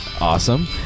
awesome